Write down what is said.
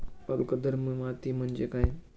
अल्कधर्मी माती म्हणजे काय?